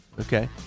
Okay